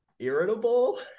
irritable